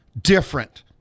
different